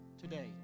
today